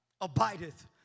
abideth